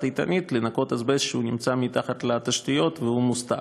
"איתנית" לנקות אזבסט שנמצא מתחת לתשתיות ומוסתר.